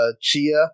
Chia